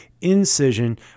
Incision